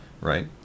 Right